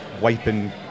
wiping